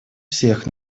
всех